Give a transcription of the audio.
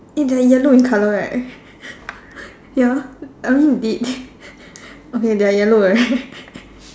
eh they're yellow in colour right ya um did okay they are yellow right